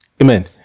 Amen